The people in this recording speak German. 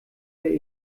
der